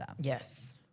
Yes